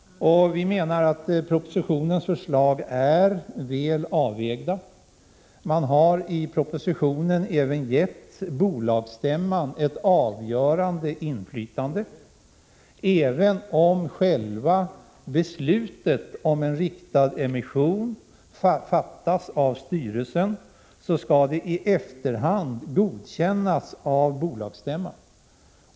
Vi menar att propositionens förslag är väl avvägda. Man har i propositionen även gett bolagsstämman ett avgörande inflytande. Men även om själva beslutet om en riktad emission fattas av styrelsen, så skall det i efterhand godkännas av bolagsstämman.